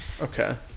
okay